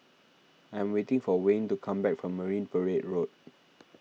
I'm waiting for Wayne to come back from Marine Parade Road